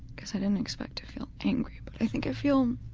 guess i didn't expect to feel angry, but i think i feel